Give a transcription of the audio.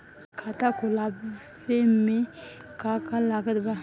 खाता खुलावे मे का का लागत बा?